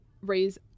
raise